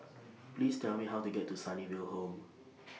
Please Tell Me How to get to Sunnyville Home